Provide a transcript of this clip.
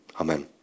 Amen